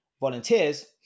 volunteers